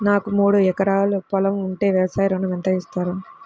నాకు మూడు ఎకరాలు పొలం ఉంటే వ్యవసాయ ఋణం ఎంత ఇస్తారు?